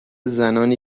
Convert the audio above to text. زنانی